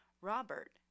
Robert